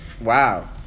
Wow